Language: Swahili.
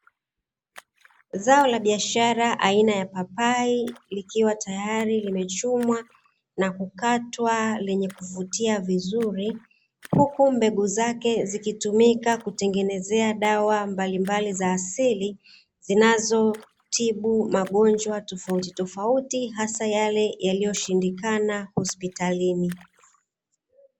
Zao la biashara aina ya papai, likiwa tayari limechumwa na kukatwa lenye kuvutia vizuri, huku mbegu zake zikitumika kutengeneza dawa mbalimbali za asili, zinazotibu magonjwa tofauti tofauti hasa yale yaliyoshindikana hospitalini.